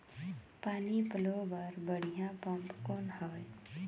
पानी पलोय बर बढ़िया पम्प कौन हवय?